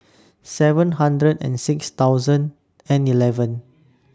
seven hundred and six thousand and eleven